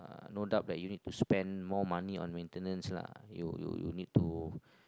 no doubt that you need to spend more money on maintenance you you you need to